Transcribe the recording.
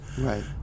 Right